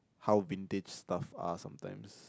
how vintage stuff are sometimes